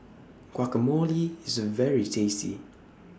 Guacamole IS very tasty